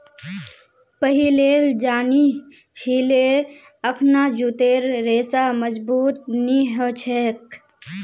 पहिलेल जानिह छिले अखना जूटेर रेशा मजबूत नी ह छेक